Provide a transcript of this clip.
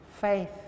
faith